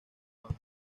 abajo